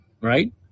right